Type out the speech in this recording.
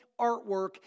artwork